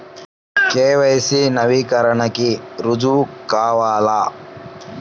KYC నవీకరణకి రుజువు కావాలా?